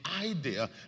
idea